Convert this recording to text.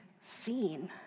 seen